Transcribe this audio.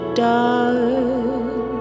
dark